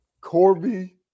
Corby